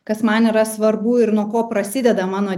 kas man yra svarbu ir nuo ko prasideda mano